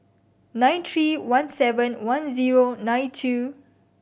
nine three one seven one zero nine two